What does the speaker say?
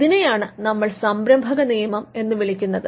ഇതിനെയാണ് നമ്മൾ സംരഭകനിയമം എന്ന് വിളിക്കുന്നത്